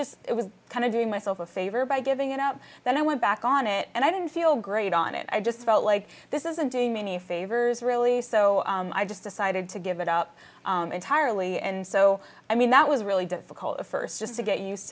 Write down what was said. just it was kind of doing myself a favor by giving it up then i went back on it and i don't feel great on it i just felt like this isn't doing many favors really so i just decided to give it up entirely and so i mean that was really difficult at first just to get used